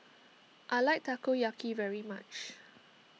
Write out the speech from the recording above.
I like Takoyaki very much